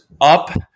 up